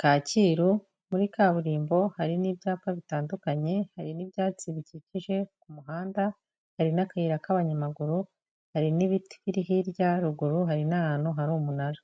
Kacyiru, muri kaburimbo hari n'ibyapa bitandukanye, hari n'ibyatsi bikikije ku muhanda, hari n'akayira k'abanyamaguru, hari n'ibiti biri hirya, ruguru hari n'ahantu hari umunara.